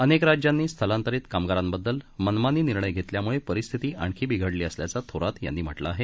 अनेक राज्यांनी स्थलांतरित कामगारांबद्दल मनमानी निर्णय घेतल्यामुळे परिस्थिती आणखी बिघडली असल्याचं थोरात यांनी म्हटलं आहे